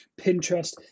Pinterest